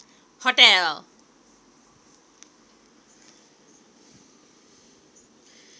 hotel